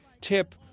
Tip